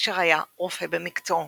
אשר היה רופא במקצועו.